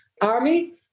army